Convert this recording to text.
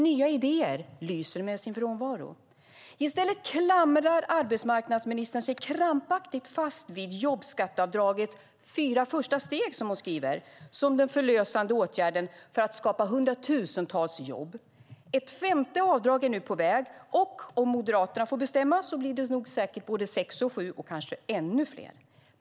Nya idéer lyser med sin frånvaro. I stället klamrar sig arbetsmarknadsministern krampaktigt fast vid jobbskatteavdragets första fyra steg som den förlösande åtgärden för att skapa hundratusentals jobb. Ett femte avdrag är nu på väg, och om Moderaterna får bestämma blir det säkert sex, sju och kanske ännu fler.